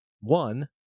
One